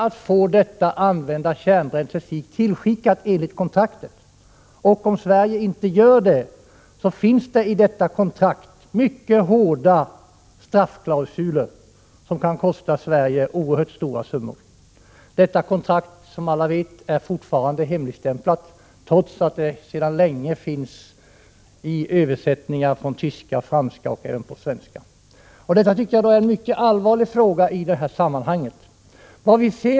Man kan enligt kontraktet begära att få sig tillskickat detta använda kärnkraftsbränsle. I kontraktet finns mycket hårda straffklausuler som kan tillämpas om Sverige inte gör det; det kan kosta Sverige oerhört stora summor. Detta kontrakt är, som alla vet, fortfarande hemligstämplat, trots att det sedan länge finns i översättning på tyska och franska och även på svenska. Detta tycker jag är en mycket allvarlig fråga i detta sammanhang.